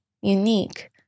unique